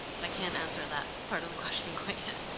but i can't answer that part of the question quite yet.